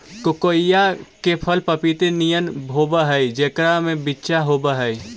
कोकोइआ के फल पपीता नियन होब हई जेकरा में बिच्चा होब हई